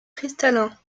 cristallin